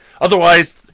Otherwise